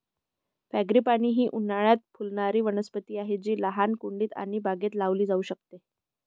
frangipani ही उन्हाळयात फुलणारी वनस्पती आहे जी लहान कुंडीत आणि बागेत लावली जाऊ शकते